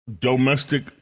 Domestic